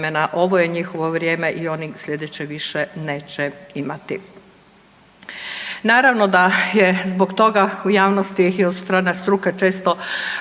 Ovo je njihovo vrijeme i ovi sljedeće više neće imati. Naravno da je zbog toga u javnosti i od strane struke često